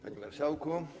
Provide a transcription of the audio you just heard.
Panie Marszałku!